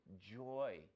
joy